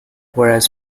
whereas